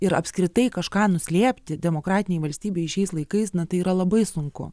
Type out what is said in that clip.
ir apskritai kažką nuslėpti demokratinėj valstybėj šiais laikais na tai yra labai sunku